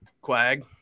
Quag